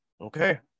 Okay